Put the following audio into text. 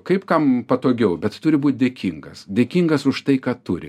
kaip kam patogiau bet turi būt dėkingas dėkingas už tai ką turi